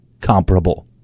comparable